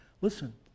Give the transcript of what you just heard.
Listen